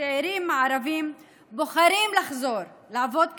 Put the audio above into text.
הצעירים הערבים בוחרים לחזור לעבוד כאן,